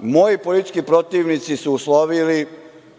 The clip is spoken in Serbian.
Moji politički protivnici su uslovili,